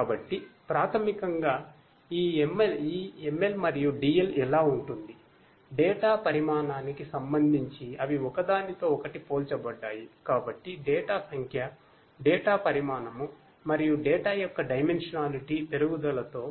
కాబట్టి ప్రాథమికంగా ఈ ML మరియు DL ఎలా ఉంటుందిడేటా పెరుగుదలతో